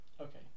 Okay